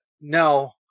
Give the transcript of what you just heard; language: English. no